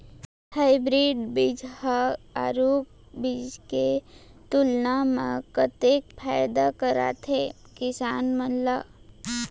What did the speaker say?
Hybrid बीज हा आरूग बीज के तुलना मा कतेक फायदा कराथे किसान मन ला?